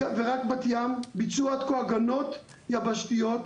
ורק בת ים, ביצעו עד כה הגנות יבשתיות קבועות.